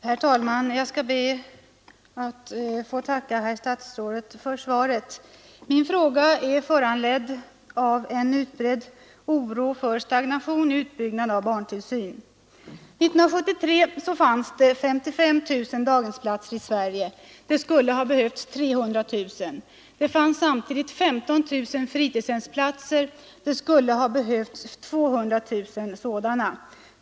Herr talman! Jag skall be att få tacka herr statsrådet för svaret. Min fråga är föranledd av en utbredd oro för stagnation i utbyggnaden av barntillsyn. År 1973 fanns 55 000 daghemsplatser i Sverige; det skulle ha behövts 300 000. Samtidigt fanns det 15 000 fritidshemsplatser; det skulle ha behövts 200 000 sådana.